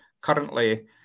currently